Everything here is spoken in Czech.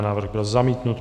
Návrh byl zamítnut.